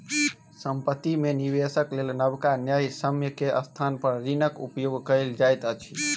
संपत्ति में निवेशक लेल नबका न्यायसम्य के स्थान पर ऋणक उपयोग कयल जाइत अछि